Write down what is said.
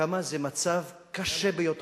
כמה זה מצב קשה ביותר.